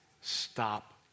Stop